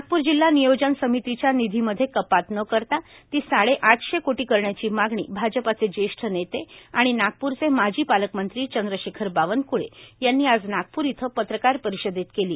नागपूर जिल्हा नियोजन समितीचा निधीमध्ये कमी न करता ती साडेआठशे कोटी करण्याची मागणी भाजपाचे ज्येष्ठ नेते आणि नागपुरचे माजी पालकमंत्री चंद्रशेखर बावनक्ळे यांनी आज नागपूर इथं पत्रकार परिषदेत केली